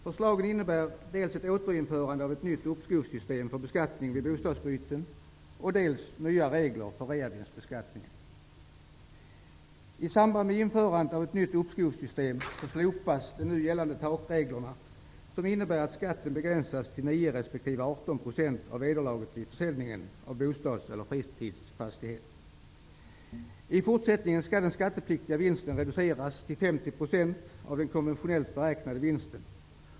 Förslagen innebär dels ett återinförande av ett uppskovssystem för beskattning vid bostadsbyten, dels nya regler för reavinstbeskattningen. 18 % av vederlaget vid försäljning av bostads eller fritidsfastighet. I fortsättningen skall den skattepliktiga vinsten reduceras till 50 % av den konventionellt beräknade vinsten.